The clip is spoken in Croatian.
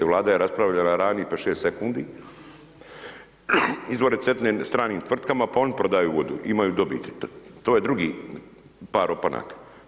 Vlada je raspravljala 5, 6 sekundi, izvore Cetine stranim tvrtkama pa oni prodaju vodu, imaju dobiti, to je drugi par opanaka.